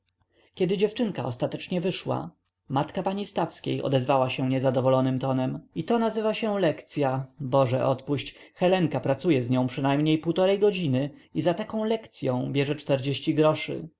gdy dziewczynka ostatecznie wyszła matka pani stawskiej odezwała się niezadowolonym tonem i to nazywa się lekcya boże odpuść helenka pracuje z nią przynajmniej półtory godziny i za taką lekcyą bierze groszy